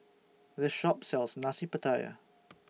This Shop sells Nasi Pattaya